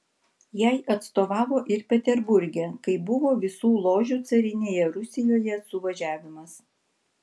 jai atstovavo ir peterburge kai buvo visų ložių carinėje rusijoje suvažiavimas